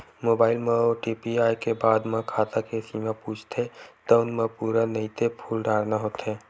mobile म OTP आए के बाद म खाता के सीमा पूछथे तउन म पूरा नइते फूल डारना होथे